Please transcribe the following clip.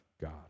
God